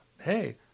hey